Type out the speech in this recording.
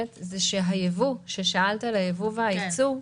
כששאלת על הייבוא והייצוא,